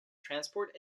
transport